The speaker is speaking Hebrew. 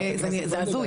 זה הזוי.